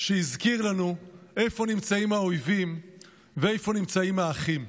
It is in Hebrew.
שהזכיר לנו איפה נמצאים האויבים ואיפה נמצאים האחים.